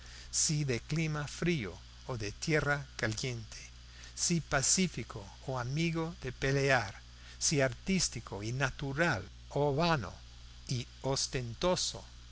si de clima frío o de tierra caliente si pacífico o amigo de pelear si artístico y natural o vano y ostentoso